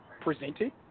presented